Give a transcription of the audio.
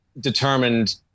determined